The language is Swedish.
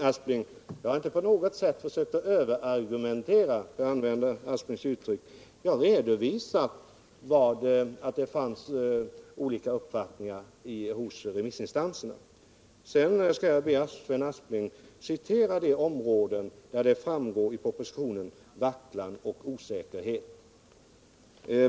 Herr talman! Nej, jag har inte på något sätt försökt att överargumentera, för att använda Sven Asplings uttryck, utan jag har redovisat att det fanns olika uppfattningar hos remissinstanserna. Sedan skall jag be Sven Aspling citera de avsnitt i propositionen där det framgår att jag visat vacklan och osäkerhet.